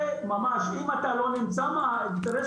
זה ממש, אם אתה לא נמצא, האינטרס שלך לא נשמע.